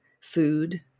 food